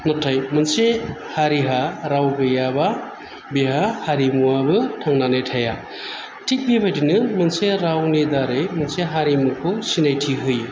नाथाय मोनसे हारिहा राव गैयाबा बेहा हारिमुवाबो थांनानै थाया थिख बेबादिनो मोनसे रावनि दारै मोनसे हारिमुखौ सिनायथि होयो